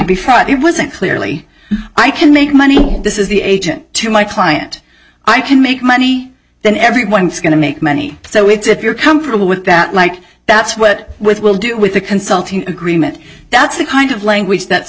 fraught it wasn't clearly i can make money this is the agent to my client i can make money then everyone's going to make money so it's if you're comfortable with that like that's what with will do with the consulting agreement that's the kind of language that